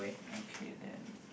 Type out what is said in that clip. okay then